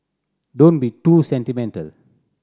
don't be too sentimental